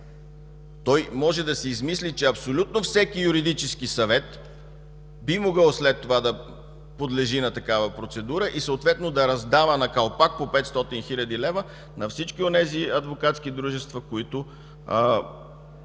Той може да си измисли, че абсолютно всеки юридически съвет би могъл след това да подлежи на такава процедура и съответно да раздава на калпак по 500 хил. лв. на всички онези адвокатски дружества, които